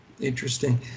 Interesting